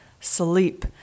sleep